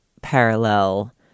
parallel